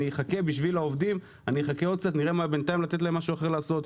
אני אחכה בשביל העובדים עוד קצת כדי לתת להם משהו אחר לעשות.